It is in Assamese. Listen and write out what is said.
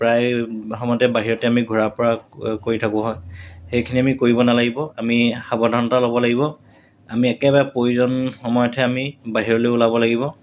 প্ৰায় সময়তে বাহিৰতে আমি ঘুৰা পৰা কৰি থাকোঁ হয় সেইখিনি আমি কৰিব নালাগিব আমি সাৱধানতা ল'ব লাগিব আমি একেবাৰে প্ৰয়োজন সময়তহে আমি বাহিৰলৈ ওলাব লাগিব